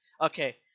okay